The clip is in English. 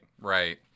right